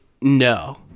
no